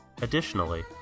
Additionally